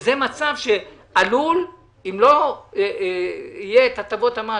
שזה מצב שאם לא יהיו הטבות המס,